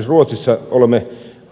esimerkiksi ruotsista